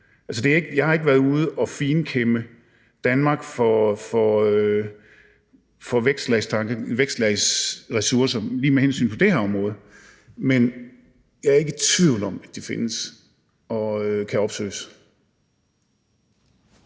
Jeg har ikke været ude at finkæmme Danmark for vækstlagsressourcer lige med hensyn til det her område. Men jeg er ikke i tvivl om, at de findes og kan opsøges.